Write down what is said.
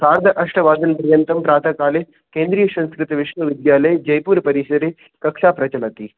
सार्ध अष्टवादनपर्यन्तं प्रातःकाले केन्द्रीयसंस्कृतविश्वविद्यालये जयपुर् परिसरे कक्षा प्रचलति